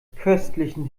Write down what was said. köstlichen